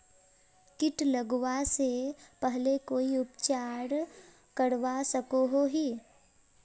किट लगवा से पहले कोई उपचार करवा सकोहो ही?